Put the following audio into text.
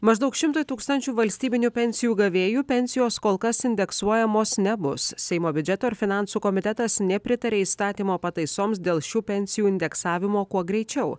maždaug šimtui tūkstančių valstybinių pensijų gavėjų pensijos kol kas indeksuojamos nebus seimo biudžeto ir finansų komitetas nepritarė įstatymo pataisoms dėl pensijų indeksavimo kuo greičiau